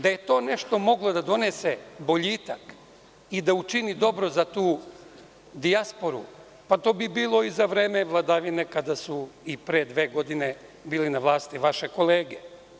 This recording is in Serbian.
Da je to nešto moglo da donese boljitak i da učini dobro za tu dijasporu, pa to bi bilo i za vreme vladavine kada su i pre dve godine bile na vlasti vaše kolege.